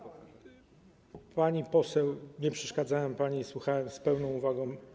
Pani poseł, nie przeszkadzałem pani, słuchałem z pełną uwagą.